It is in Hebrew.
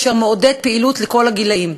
אשר מעודד פעילות לכל הגילים.